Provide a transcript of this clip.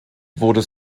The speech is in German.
wurde